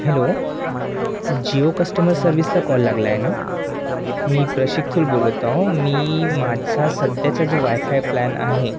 hello Jio customer सर्विसला call लागला आहे ना मी प्रशिक थोल बोलत आहो मी माझा सध्याचा जो वायफाय प्लॅन आहे